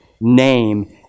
name